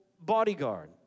bodyguard